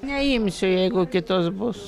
neimsiu jeigu kitos bus